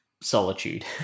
solitude